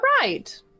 right